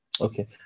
Okay